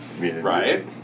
Right